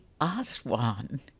Aswan